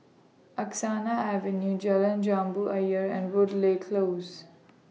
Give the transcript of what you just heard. Angsana Avenue Jalan Jambu Ayer and Woodleigh Close